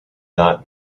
not